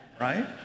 right